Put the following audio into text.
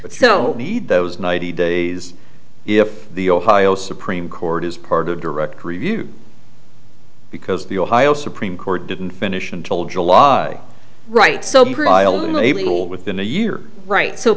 so need those ninety days if the ohio supreme court is part of directory use because the ohio supreme court didn't finish until july right within a year right so